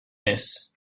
this